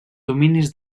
dominis